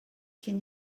can